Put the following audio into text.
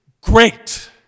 great